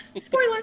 spoiler